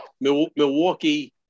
Milwaukee